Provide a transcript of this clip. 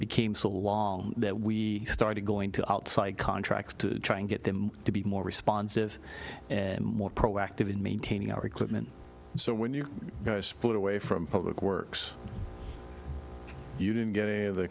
became so long that we started going to outside contracts to try and get them to be more responsive and more proactive in maintaining our equipment so when you split away from public works you didn't get a of the